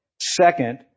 Second